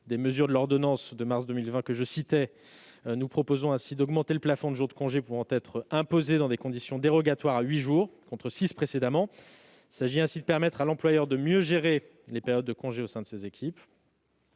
des mesures de l'ordonnance de mars 2020 précitée, nous proposons de porter le plafond de jours de congé pouvant être imposés dans des conditions dérogatoires à huit jours, contre six précédemment. Il s'agit ainsi de permettre à l'employeur de mieux gérer les périodes de congé au sein de ses équipes